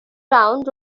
round